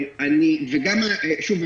ושוב,